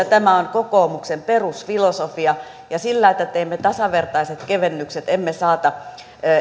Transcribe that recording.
tämä on kokoomuksen perusfilosofia ja sillä että teemme tasavertaiset kevennykset emme saata